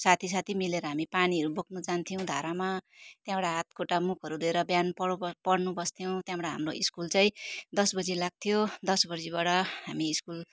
साथी साथी मिलेर हामी पानीहरू बोक्नु जान्थ्यौँ धारामा त्यहाँबाट हातखुट्टा मुखहरू धोएर बिहान पढौँ पढ्नु बस्थ्यौँ त्यहाँबाट हाम्रो स्कुल चाहिँ दस बजी लाग्थ्यो दस बजीबाट हामी स्कुल